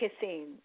kissing